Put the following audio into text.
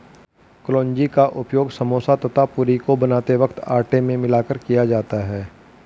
कलौंजी का उपयोग समोसा तथा पूरी को बनाते वक्त आटे में मिलाकर किया जाता है